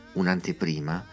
un'anteprima